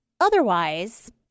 Otherwise